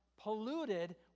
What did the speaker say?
polluted